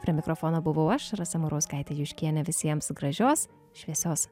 prie mikrofono buvau aš rasa murauskaitė juškienė visiems gražios šviesios